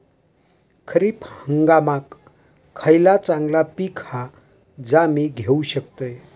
खरीप हंगामाक खयला चांगला पीक हा जा मी घेऊ शकतय?